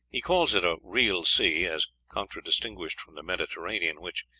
he calls it a real sea, as contradistinguished from the mediterranean, which,